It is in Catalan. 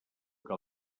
que